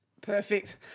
Perfect